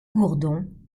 gourdon